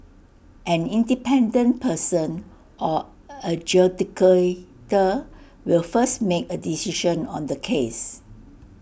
an independent person or adjudicator will first make A decision on the case